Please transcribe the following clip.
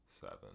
seven